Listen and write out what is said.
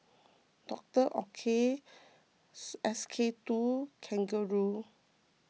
Doctor Oetker S K two Kangaroo